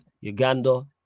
Uganda